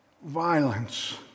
violence